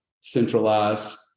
centralized